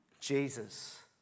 Jesus